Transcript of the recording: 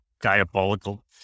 diabolical